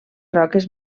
roques